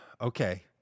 okay